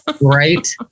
Right